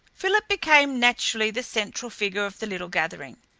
philip became naturally the central figure of the little gathering.